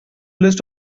list